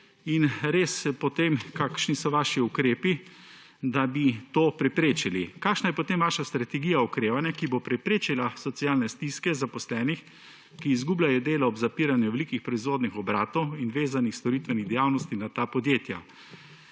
ukrepali? Kakšni so vaši ukrepi, da bi to preprečili? Kakšna je potem vaša strategija okrevanja, ki bo preprečila socialne stiske zaposlenih, ki izgubljajo delo ob zapiranju velikih proizvodnih obratov in storitvenih dejavnosti, vezanih na ta podjetja?